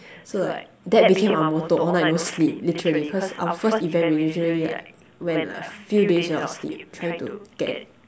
so like that became our motto all night no sleep literally because our first event we literally like went like few days without sleep trying to get